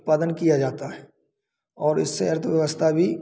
उत्पादन किया जाता है और इससे अर्थव्यवस्था भी